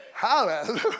Hallelujah